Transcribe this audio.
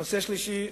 הנושא השלישי,